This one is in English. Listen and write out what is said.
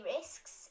risks